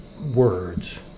Words